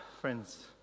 friends